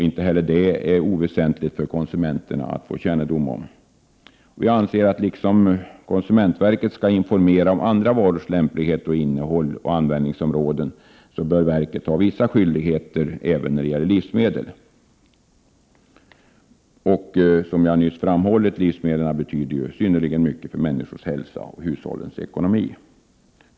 Vi anser att konsumentverket, på samma sätt som verket har att informera om andra varors lämplighet, innehåll och användningsområden, bör ha vissa skyldigheter även när det gäller livsmedel. Som jag nyss har framhållit betyder livsmedlen synnerligen mycket för människors hälsa och hushållens ekonomi.